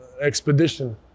expedition